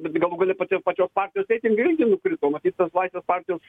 bet galų gale pati pačios partijos reitingai irgi nukrito matyt tas laisvės partijos